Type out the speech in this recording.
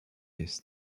his